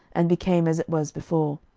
and became as it was before.